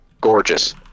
gorgeous